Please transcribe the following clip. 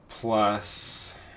Plus